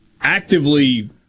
actively